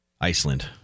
Iceland